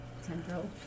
Central